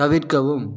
தவிர்க்கவும்